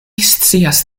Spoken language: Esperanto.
scias